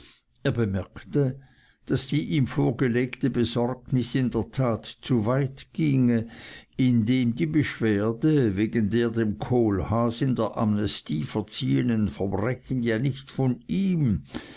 bemerkte daß die ihm vorgelegte besorgnis in der tat zu weit ginge indem die beschwerde wegen der dem kohlhaas in der amnestie verziehenen verbrechen ja nicht von ihm